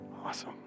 Awesome